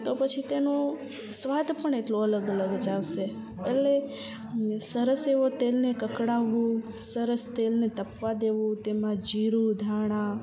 તો પછી તેનો સ્વાદ પણ એટલો અલગ અલગ જ આવશે એટલે સરસ એવો તેલને કળકળાવું સરસ તેલને તપવા દેવું તેમાં જીરું ધાણા